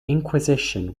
inquisition